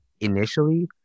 initially